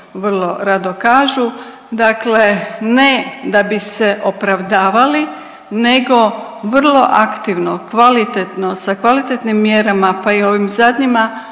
vrlo rado kažu. Dakle, ne da bi se opravdavali nego vrlo aktivno, kvalitetno sa kvalitetnim mjerama, pa i ovim zadnjima